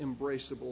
embraceable